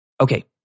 Okay